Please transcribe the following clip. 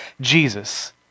Jesus